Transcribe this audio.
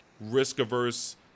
risk-averse